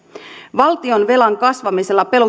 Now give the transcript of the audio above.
valtionvelan kasvamisella